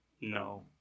No